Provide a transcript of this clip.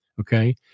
Okay